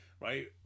Right